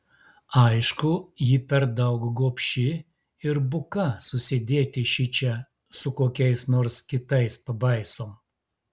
aišku ji per daug gobši ir buka susidėti šičia su kokiais nors kitais pabaisom